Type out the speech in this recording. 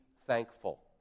thankful